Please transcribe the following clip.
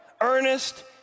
Ernest